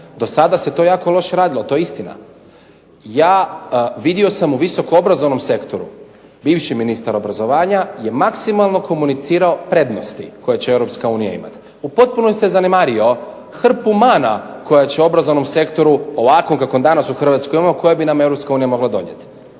Do sada se jako loše to radilo. To je istina. Vidio sam u visoko obrazovnom sektoru bivši ministar obrazovanja je maksimalno komunicirao prednosti koje će Europska unija imati. U potpunosti je zanemario hrpu mana koje će obrazovnom sektoru ovakvom kakvom danas imamo u Hrvatskoj koje bi nam Europska unija